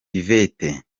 yvette